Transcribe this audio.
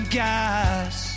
gas